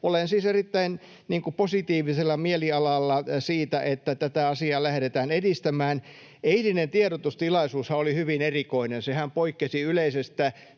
siis erittäin positiivisella mielialalla siitä, että tätä asiaa lähdetään edistämään. Eilinen tiedotustilaisuushan oli hyvin erikoinen. Sehän poikkesi yleisestä